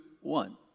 one